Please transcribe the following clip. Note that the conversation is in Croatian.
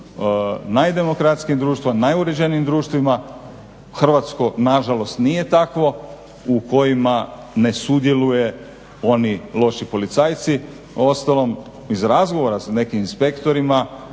najdemokratskijim društvima, najuređenijim društvima u Hrvatskoj nažalost nije tako u kojima ne sudjeluje oni loši policajci. Uostalom iz razgovora sa nekim inspektorima